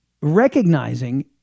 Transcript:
Recognizing